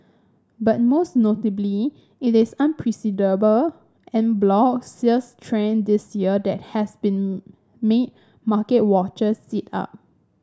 but most notably it is unprecedented en bloc sales trend this year that has been made market watchers sit up